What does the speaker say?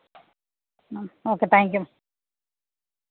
ആ okay thank you മാം